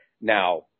Now